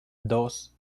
dos